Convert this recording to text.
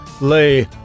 lay